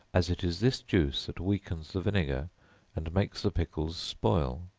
as it is this juice that weakens the vinegar and makes the pickles spoil